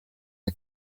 the